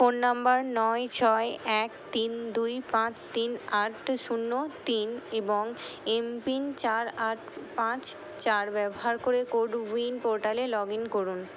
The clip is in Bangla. ফোন নাম্বার নয় ছয় এক তিন দুই পাঁচ তিন আট শূন্য তিন এবং এমপিন চার আট পাঁচ চার ব্যবহার করে কো উইন পোর্টালে লগ ইন করুন